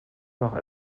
noch